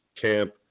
camp